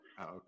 okay